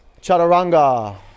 Chaturanga